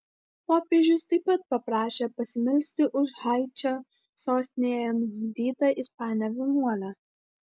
popiežius taip pat paprašė pasimelsti už haičio sostinėje nužudytą ispanę vienuolę